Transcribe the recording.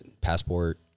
passport